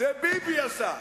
זה ביבי עשה.